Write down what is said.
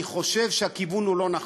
אני חושב שהכיוון לא נכון.